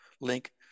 link